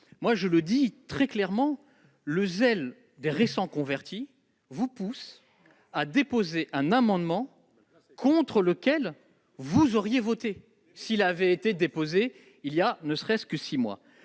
? Je le dis très clairement, le zèle des récents convertis vous pousse à déposer un amendement contre lequel vous auriez voté s'il avait été présenté voilà ne serait-ce que six mois.